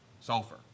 sulfur